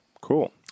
Cool